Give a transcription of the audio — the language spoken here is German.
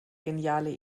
geniale